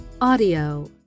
audio